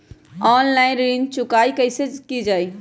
Online ऋण चुकाई कईसे की ञाई?